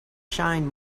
shine